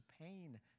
pain